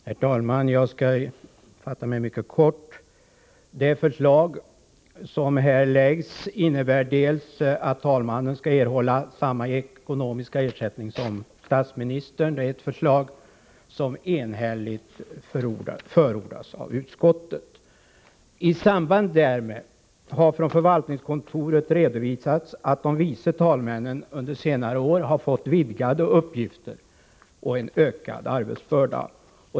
Herr talman! Jag skall fatta mig mycket kort. Det förslag som här läggs fram innebär till dels att talmannen skall erhålla samma ekonomiska ersättning som statsministern — ett förslag som enhälligt förordas av utskottet. I samband därmed har från förvaltningskontoret redovisats att de vice talmännen under senare år fått vidgade uppgifter och en ökad arbetsbörda.